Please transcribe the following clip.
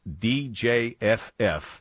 DJFF